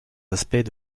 aspects